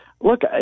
Look